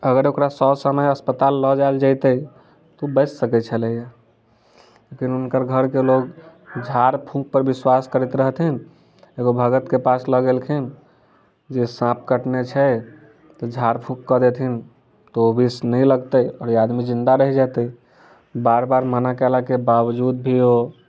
अगर ओकरा सँ समय अस्पताल लए जायल जैतै तऽ ओ बैच सकै छलैया लेकिन हुनकर घरके लोग झाड़ फूँक पर विश्वास करैत रहथिन एगो भगत के पास लए गेलखिन जे साँप कटने छै तऽ झाड़ फूँक कऽ देथिन तऽ ओ विष नहि लगतै आओर ई आदमी जिन्दा रहि जेतै बार बार मना केला के बावजूद भी ओ